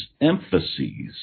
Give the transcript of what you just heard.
emphases